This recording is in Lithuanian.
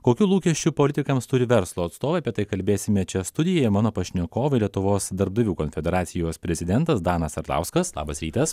kokių lūkesčių politikams turi verslo atstovai apie tai kalbėsime čia studijoj mano pašnekovai lietuvos darbdavių konfederacijos prezidentas danas arlauskas labas rytas